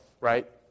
right